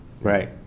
Right